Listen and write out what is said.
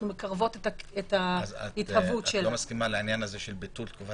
מקרבות את ההתהוות של המדרגה הזאת.